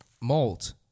Malt